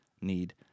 need